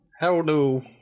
Hello